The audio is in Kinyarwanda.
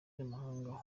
n’amahanga